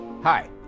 Hi